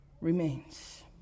remains